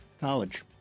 college